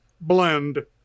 blend